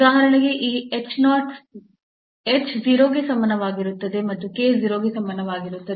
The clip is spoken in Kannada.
ಉದಾಹರಣೆಗೆ ಈ h 0 ಗೆ ಸಮಾನವಾಗಿರುತ್ತದೆ ಮತ್ತು k 0 ಗೆ ಸಮಾನವಾಗಿರುತ್ತದೆ